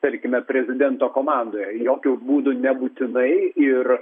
tarkime prezidento komandoje jokiu būdu nebūtinai ir